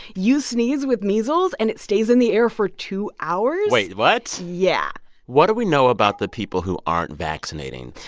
you sneeze with measles, and it stays in the air for two hours wait, what? yeah what do we know about the people who aren't vaccinating?